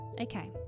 Okay